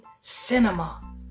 Cinema